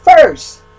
first